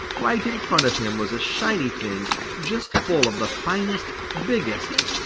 right in front of him was a shiny thing just full of the finest, biggest,